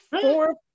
four